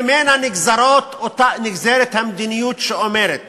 ממנה נגזרת המדיניות שאומרת